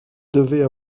devaient